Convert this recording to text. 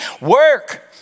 work